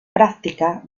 práctica